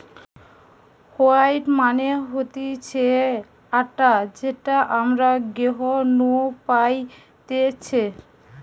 wheat মানে হতিছে আটা যেটা আমরা গেহু নু পাইতেছে